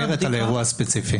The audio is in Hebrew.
למסגרת על האירוע הספציפי.